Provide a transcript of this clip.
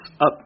up